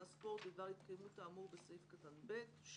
והספורט בדבר התקיימות האמור בסעיף קטן (ב); (2)